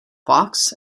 fox